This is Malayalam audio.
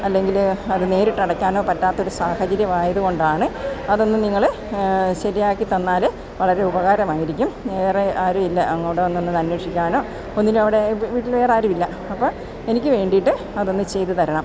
അല്ലെങ്കില് അത് നേരിട്ട് അടക്കാനോ പറ്റാത്തൊരു സാഹചര്യമായതുകൊണ്ടാണ് അതൊന്ന് നിങ്ങള് ശരിയാക്കിത്തന്നാല് വളരെ ഉപകാരമായിരിക്കും വേറെ ആരുമില്ല അങ്ങോടോ വന്നൊന്നത് അന്വേഷിക്കാനോ ഒന്നിനും അവിടെ വീട്ടിൽ വേറാരുവില്ല അപ്പോള് എനിക്ക് വേണ്ടിയിട്ട് അതൊന്ന് ചെയ്തുതരണം